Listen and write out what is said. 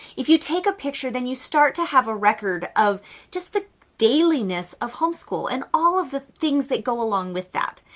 if you take a picture, then you start to have a record of just the dailiness of homeschool and all of the things that go along with that.